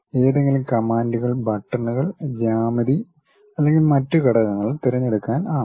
ഏതെങ്കിലും കമാൻഡുകൾ ബട്ടണുകൾ ജ്യാമിതി അല്ലെങ്കിൽ മറ്റ് ഘടകങ്ങൾ തിരഞ്ഞെടുക്കാൻ ആണ്